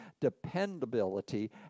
dependability